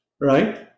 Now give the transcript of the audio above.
right